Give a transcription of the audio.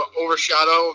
overshadow